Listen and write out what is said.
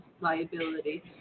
liability